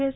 S